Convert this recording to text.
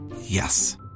Yes